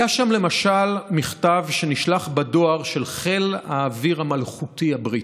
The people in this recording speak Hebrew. היה שם למשל מכתב שנשלח בדואר של חיל האוויר המלכותי הבריטי.